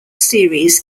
series